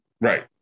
Right